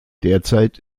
derzeit